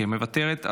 מוותרת.